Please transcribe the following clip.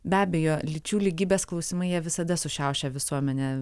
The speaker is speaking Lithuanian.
be abejo lyčių lygybės klausimai jie visada sušiaušia visuomenę